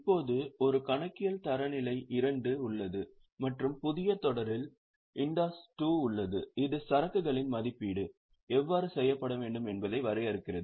இப்போது ஒரு கணக்கியல் தரநிலை 2 உள்ளது மற்றும் புதிய தொடரில் இந்தாஸ் 2 உள்ளது இது சரக்குகளின் மதிப்பீடு எவ்வாறு செய்யப்பட வேண்டும் என்பதை வரையறுக்கிறது